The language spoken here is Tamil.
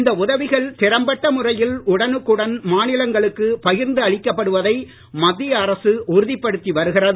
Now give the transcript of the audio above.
இந்த உதவிகள் திறம்பட்ட முறையில் உடனுக்குடன் மாநிலங்களுக்கு பகிர்ந்து அளிக்கப்படுவதை மத்திய அரசு உறுதிப்படுத்தி வருகிறது